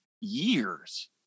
years